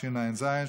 התשע"ז 2017,